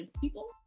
people